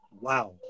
wow